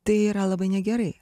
tai yra labai negerai